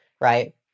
Right